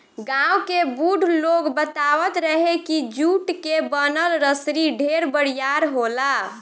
गांव के बुढ़ लोग बतावत रहे की जुट के बनल रसरी ढेर बरियार होला